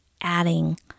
adding